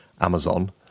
Amazon